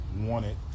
wanted